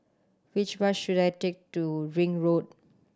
which bus should I take to Ring Road